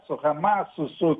su hamasu su